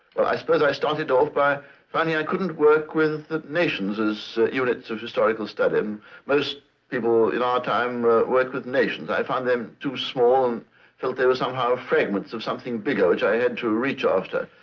but i suppose i started off by finding i couldn't work with nations as units of historical study. um most people in our time work with nations. i found them too small, and felt they were somehow fragments of something bigger, which i had to reach after.